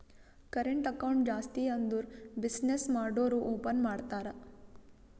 current account ಜಾಸ್ತಿ ಅಂದುರ್ business ಮಾಡೂರು ಓಪನ್ ಮಾಡ್ತಾರ